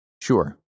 Sure